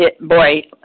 boy